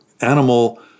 animal